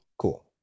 cool